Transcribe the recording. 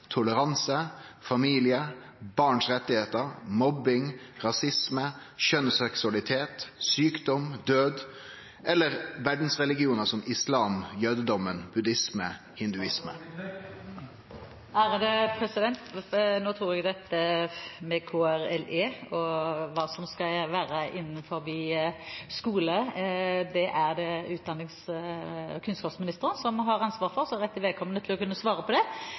toleranse, familie, barns rettar, mobbing, rasisme, kjønn og seksualitet, sjukdom, død eller verdsreligionar som islam, jødedom, buddhisme og hinduisme? Dette med KRLE og hva som skal være i skolen, er det kunnskapsministeren som har ansvaret for, og som er rette vedkommende til å svare på det.